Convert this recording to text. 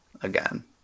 again